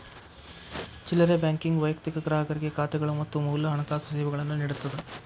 ಚಿಲ್ಲರೆ ಬ್ಯಾಂಕಿಂಗ್ ವೈಯಕ್ತಿಕ ಗ್ರಾಹಕರಿಗೆ ಖಾತೆಗಳು ಮತ್ತ ಮೂಲ ಹಣಕಾಸು ಸೇವೆಗಳನ್ನ ನೇಡತ್ತದ